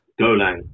Golang